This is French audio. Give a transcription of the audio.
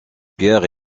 pierre